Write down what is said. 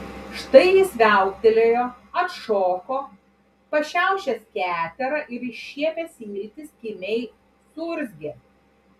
štai jis viauktelėjo atšoko pa šiaušęs keterą ir iššiepęs iltis kimiai urzgė